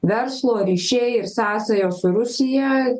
verslo ryšiai ir sąsajos su rusija